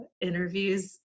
interviews